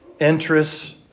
interests